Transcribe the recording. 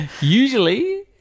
Usually